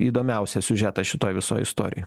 įdomiausias siužetas šitoj visoj istorijoj